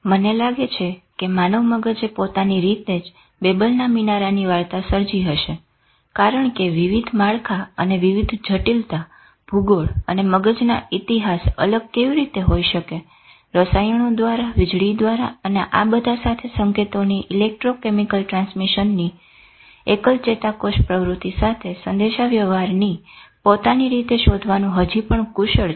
મને લાગે છે કે માનવ મગજે પોતાની રીતે જ બેબલના મિનારાની વાર્તા સર્જી હશે કારણ કે વિવિધ માળખાં અને વિવિધ જટિલતા ભૂગોળ અને મગજના ઈતિહાસ અલગ કેવી રીતે હોઈ શકે રસાયણો દ્વારા વીજળી દ્વારા અને આ બધા સાથે સંકેતોની ઇલેક્ટ્રો કેમિકલ ટ્રાન્સમીશનની એકલ ચેતાકોષ પ્રવૃત્તિ સાથે સંદેશાવ્યવહારની પોતાની રીત શોધવાનું હજી પણ કુશળ છે